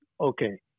okay